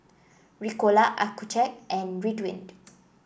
Ricola Accucheck and Ridwind